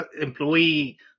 employee